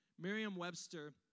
Merriam-Webster